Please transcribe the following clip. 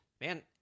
man